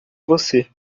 você